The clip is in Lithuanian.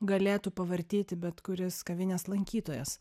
galėtų pavartyti bet kuris kavinės lankytojas